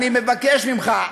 אני מבקש ממך,